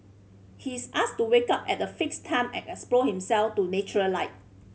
he is asked to wake up at a fixed time and expose himself to natural light